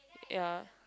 ya